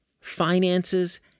finances